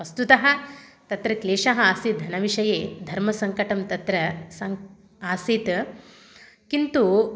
वस्तुतः तत्र क्लेशः आसीद्धनविषये धर्मसङ्कटं तत्र स आसीत् किन्तु